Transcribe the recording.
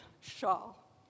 shawl